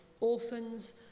orphans